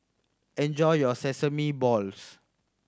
enjoy your sesame balls